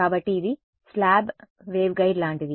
కాబట్టి ఇది స్లాబ్ వేవ్గైడ్లాంటిది